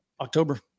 October